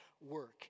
work